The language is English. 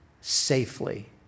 safely